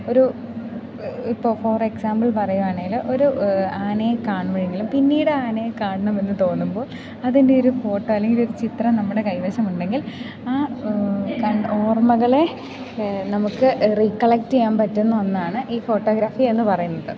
ഒരു ഇപ്പോൽ for example പറയുകയാണെങ്കിൽ ഒരു ആനയെ കാണുമ്പോഴെങ്കിലും പിന്നീട് ആനയെ കാണണമെന്ന് തോന്നുമ്പോൾ അതിൻ്റെ ഒരു ഫോട്ടോ അല്ലെങ്കിൽ ഒരു ചിത്രം നമ്മുടെ കൈവശമുണ്ടെങ്കിൽ ആ കണ്ട ഓർമ്മകളെ നമുക്ക് റീകലക്ട് ചെയ്യാൻ പറ്റുന്ന ഒന്നാണ് ഈ ഫോട്ടോഗ്രാഫി എന്നു പറയുന്നത്